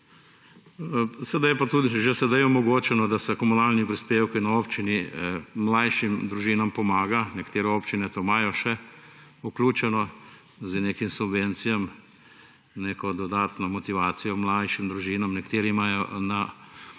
Seveda je pa tudi že sedaj omogočeno, da se pri komunalnih prispevkih na občini mlajšim družinam pomaga. Nekatere občine to imajo še vključeno z nekimi subvencijami, neko dodatno motivacijo mlajšim družinam: nekateri imajo na leta